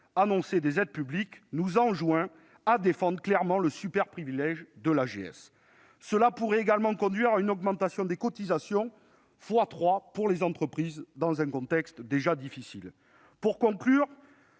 annoncée des aides publiques, nous enjoint de défendre clairement le superprivilège de l'AGS. Cela pourrait également conduire à une augmentation des cotisations pour les entreprises dans un contexte déjà difficile- elles